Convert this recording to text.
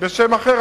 בשם אחר.